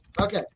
Okay